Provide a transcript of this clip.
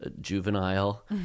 juvenile